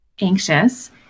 anxious